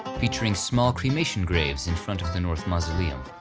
featuring small cremation graves in front of the north mausoleum.